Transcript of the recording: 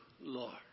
Lord